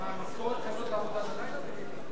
חברי חברי הכנסת, על דעת ועדת החוקה,